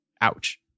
Ouch